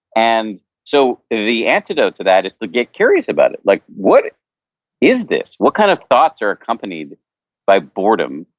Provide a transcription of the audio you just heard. and so the anecdote to that is to get curious about it, like what is this? what kind of thoughts are accompanied by boredom?